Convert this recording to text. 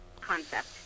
concept